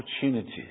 opportunities